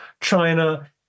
China